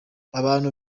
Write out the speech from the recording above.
abantu